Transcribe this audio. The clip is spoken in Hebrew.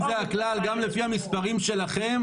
אם זה הכלל גם לפי המספרים שלכם,